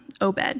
Obed